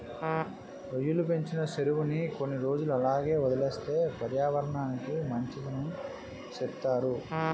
రొయ్యలు పెంచిన సెరువుని కొన్ని రోజులు అలాగే వదిలేస్తే పర్యావరనానికి మంచిదని సెప్తారు